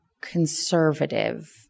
conservative